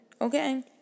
Okay